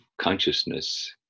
consciousness